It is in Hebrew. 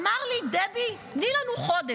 אמר לי: דבי, תנו לנו חודש.